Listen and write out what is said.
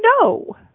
no